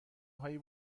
هایی